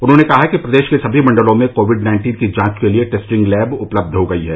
उन्होंने कहा कि प्रदेश के सभी मंडलों में कोविड नाइन्टीन की जांच के लिये टेस्टिंग लैब उपलब्ध हो गई है